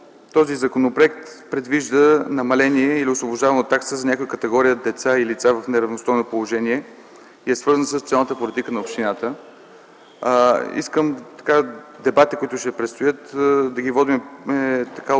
Този законопроект предвижда намаление или освобождаване от такси за някои категории деца и лица в неравностойно положение и е свързан със социалната политика на общината. Искам дебатите, които предстоят, да ги водим като